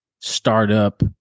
startup